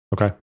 Okay